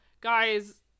Guys